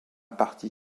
partie